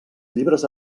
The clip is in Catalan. llibres